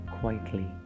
quietly